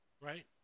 right